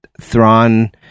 Thrawn